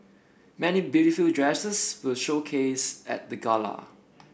many beautiful dresses were showcased at the gala